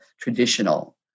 traditional